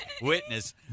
witness